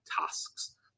tasks